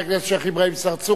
חבר הכנסת שיח' אברהים צרצור,